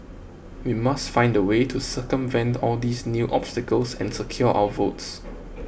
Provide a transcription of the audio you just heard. we must find a way to circumvent all these new obstacles and secure our votes